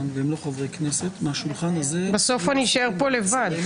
(חברת הכנסת נעמה לזימי יוצאת מאולם הוועדה) בסוף אני אשאר כאן לבד.